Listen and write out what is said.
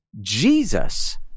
Jesus